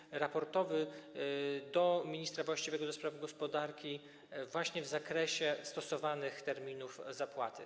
Chodzi o raporty do ministra właściwego do spraw gospodarki właśnie w zakresie stosowanych terminów zapłaty.